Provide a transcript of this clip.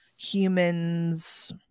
humans